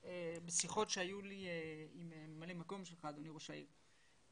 בשיחות שהיו לי עם ממלא מקום ראש העיר,